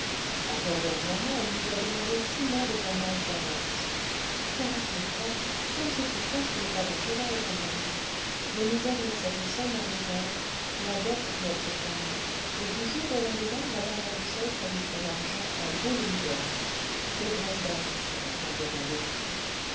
encore dernièrement elle nous a demandé six mois de fermage d'avance quarante mille francs ça ne se trouve pas sous le pas d'un cheval comme on dit mais nous avions cette somme en réserve la dot de notre clara et du jour au lendemain mme la duchesse a eu son argent en beaux louis d'or ces grandes dames ça a tant besoin de luxe